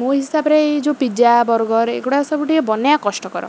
ମୋ ହିସାବରେ ଏଇ ଯୋଉ ପିଜା ବର୍ଗର୍ ଏଗୁଡ଼ାକ ସବୁ ଟିକେ ବନେଇବା କଷ୍ଟକର